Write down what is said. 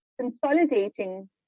consolidating